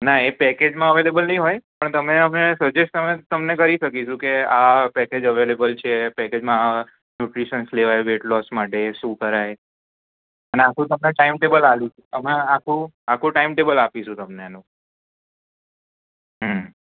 ના એ પેકેજમાં અવેલેબલ નહીં હોય પણ તમે અમે સજેસ્ટ અમે તમને કરી શકીશું કે આ આ પેકેજ અવેલેબલ છે પેકેજમાં આ આ ન્યુટ્રીશન્સ લેવાય વેટ લોસ માટે શું કરાય અને આખું તમને ટાઈમ ટેબલ આપીશું એમાં આખું આખું ટાઈમ ટેબલ આપીશું તમને એનું હમ